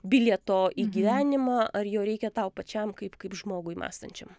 bilieto į gyvenimą ar jo reikia tau pačiam kaip kaip žmogui mąstančiam